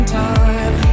time